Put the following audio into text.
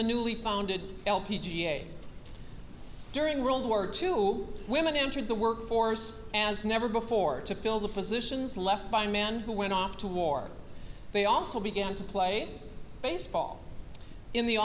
the newly founded l p g a during world war two women entered the workforce as never before to fill the positions left by men who went off to war they also began to play baseball in the